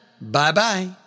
Bye-bye